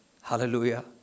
Hallelujah